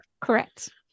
Correct